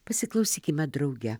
pasiklausykime drauge